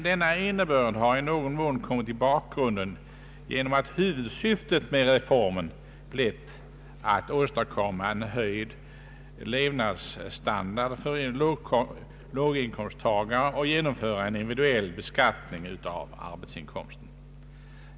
Denna innebörd har emellertid i någon mån kommit i bakgrunden genom att huvudsyftet med reformen blivit att åstadkomma en höjd levnadsstandard för låginkomsttagare och genomföra en individuell beskattning av arbetsinkomsten.